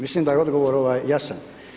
Mislim da je odgovor jasan.